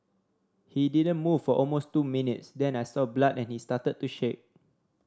he didn't move for almost two minutes then I saw blood and he started to shake